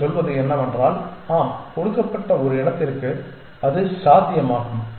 நீங்கள் சொல்வது என்னவென்றால் ஆம் கொடுக்கப்பட்ட ஒரு இனத்திற்கு அது சாத்தியமாகும்